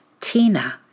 Tina